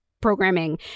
programming